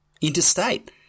interstate